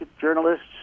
journalists